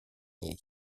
ней